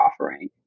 offering